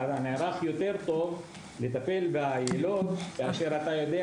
אתה נערך טוב יותר לטפל ביילוד כאשר אתה יודע